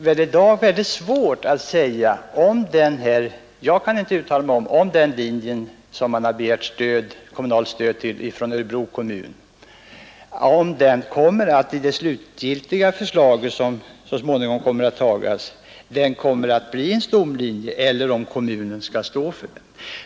Det är väldigt svårt att uttala sig om — jag kan inte göra det — huruvida den linjen, för vilken man har begärt kommunalt stöd från Örebro kommun, kommer att i det slutgiltiga förslaget, som så småningom skall framläggas, bli en stomlinje eller om kommunen skall stå för den.